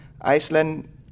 Iceland